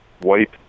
white